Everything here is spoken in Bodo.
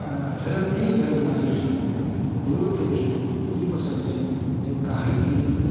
धोरोमनि धोरोमारि गुरु पुरुहितनि बोसोनजों जों गाहाइनि